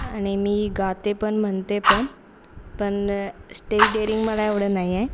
आणि मी गाते पण म्हणते पण पण स्टेज डेअरिंग मला एवढं नाही आहे